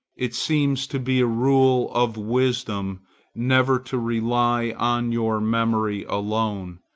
it seems to be a rule of wisdom never to rely on your memory alone,